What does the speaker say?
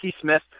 Smith